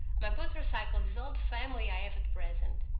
my motor-cycle is all the family i have at present.